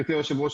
גברתי היושב-ראש,